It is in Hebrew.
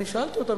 שאלתי אותם,